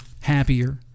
happier